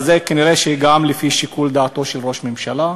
אז גם זה כנראה לפי שיקול דעתו של ראש הממשלה,